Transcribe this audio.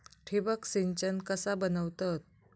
ठिबक सिंचन कसा बनवतत?